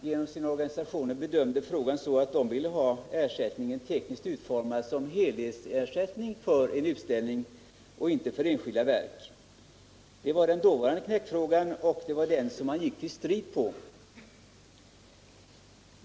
Genom sin organisation bedömde konstnärerna frågan så att de ville ha ersättningen tekniskt utformad som helhetsersättning för en utställning — inte för enskilda verk. Det var den knäckfrågan som man gick till strid på.